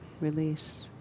release